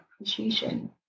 appreciation